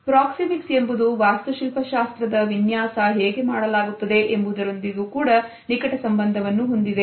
proxemics ಎಂಬುದು ವಾಸ್ತು ಶಿಲ್ಪ ಶಾಸ್ತ್ರದ ವಿನ್ಯಾಸ ಹೇಗೆ ಮಾಡಲಾಗುತ್ತದೆ ಎಂಬುದರೊಂದಿಗೆ ನಿಕಟ ಸಂಬಂಧವನ್ನು ಹೊಂದಿದೆ